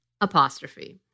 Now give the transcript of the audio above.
apostrophe